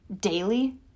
daily